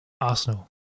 Arsenal